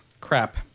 crap